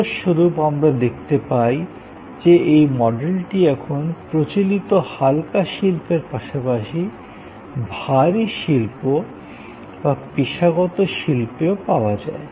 ফলস্বরূপ আমরা দেখতে পাই যে এই মডেলটি এখন প্রচলিত হালকা শিল্পের পাশাপাশি ভারী শিল্প বা পেশাগত শিল্পেও পাওয়া যায়